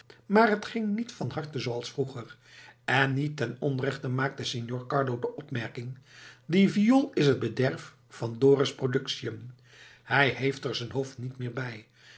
maar het ging niet van harte zooals vroeger en niet ten onrechte maakte signor carlo de opmerking die viool is het bederf van dorus productiën hij heeft er zijn hoofd niet meer bij